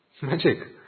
magic